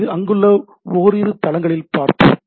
இது அங்குள்ள ஓரிரு தளங்களில் பார்ப்போம்